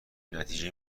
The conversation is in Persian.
نتیجه